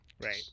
Right